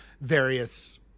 various